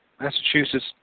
Massachusetts